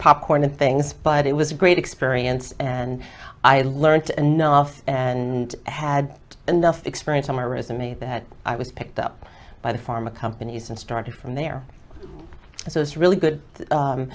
popcorn and things but it was a great experience and i learnt enough and had enough experience on my resume that i was picked up by the pharma companies and started from there so it's really good